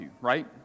right